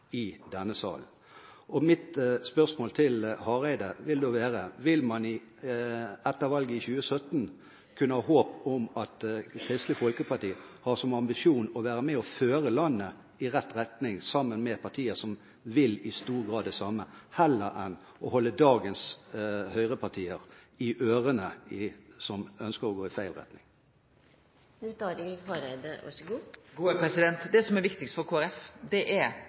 i denne salen. Mitt spørsmål til Hareide blir da: Vil man etter valget i 2017 kunne ha håp om at Kristelig Folkeparti har som ambisjon å være med og føre landet i rett retning, sammen med partier som i stor grad vil det samme, heller enn å holde dagens høyrepartier, som ønsker å gå i feil retning, i ørene? Det som er viktigst for Kristeleg Folkeparti, er politikken. Me opplever verkeleg at me har fått sett vårt preg på dette budsjettet, ved at det